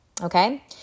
okay